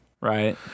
Right